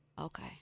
Okay